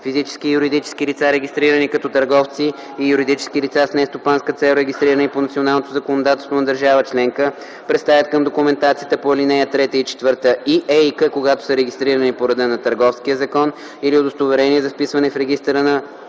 Физически и юридически лица, регистрирани като търговци, и юридически лица с нестопанска цел, регистрирани по националното законодателство на държава членка, представят към документацията по ал. 2 и ЕИК, когато са регистрирани по реда на Търговския закон, или удостоверение за вписване в регистъра по